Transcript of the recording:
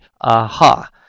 aha